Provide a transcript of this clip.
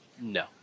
No